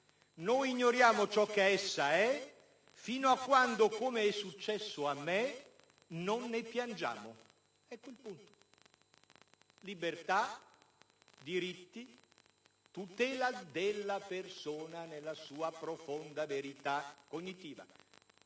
Noi ignoriamo ciò che essa è fino a quando, come è successo a me, non ne piangiamo». Ecco il punto: libertà, diritti, tutela della persona nella sua profonda verità cognitiva